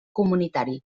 comunitari